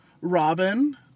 Robin